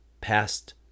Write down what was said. past